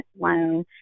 loan